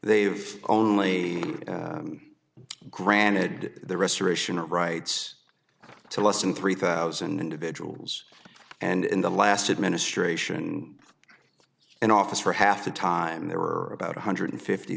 they've only granted the restoration rights to less than three thousand individuals and in the last administration in office for half the time there were about one hundred fifty